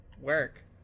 Work